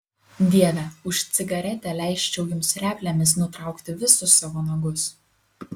dieve už cigaretę leisčiau jums replėmis nutraukti visus savo nagus